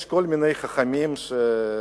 יש כל מיני חכמים שמחכים.